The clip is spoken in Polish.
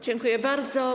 Dziękuję bardzo.